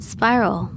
Spiral